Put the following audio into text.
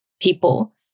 people